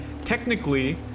technically